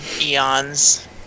eons